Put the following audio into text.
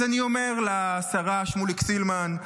אז אני אומר לשרה שמוליק סילמן: